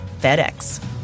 FedEx